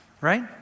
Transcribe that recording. Right